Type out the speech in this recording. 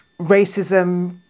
racism